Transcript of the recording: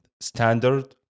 standard